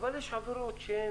אבל יש עבירות, אני